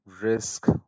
risk